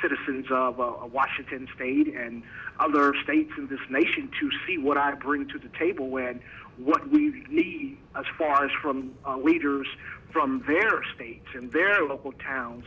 citizens of washington state and other states in this nation to see what i bring to the table when what we need as far as from leaders from their states and their local towns